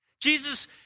Jesus